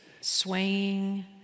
swaying